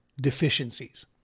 deficiencies